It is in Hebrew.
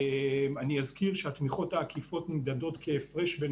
אני אזכיר שהתמיכות העקיפות נמדדות כהפרש בין